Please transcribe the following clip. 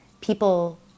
people